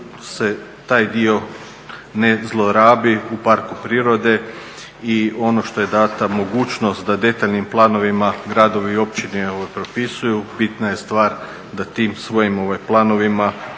se taj dio ne zlorabi u parku prirode i ono što je dana mogućnost da detaljnim planovima gradovi i općine propisuju bitna je stvar da tim svojim planovima